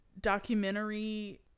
documentary